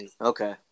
Okay